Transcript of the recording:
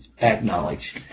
acknowledge